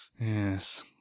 Yes